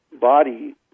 body